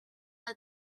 het